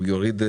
הוא יוריד,